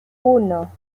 uno